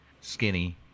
skinny